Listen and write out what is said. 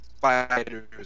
fighters